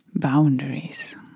Boundaries